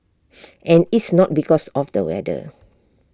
and it's not because of the weather